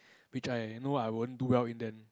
which I know I won't do well in then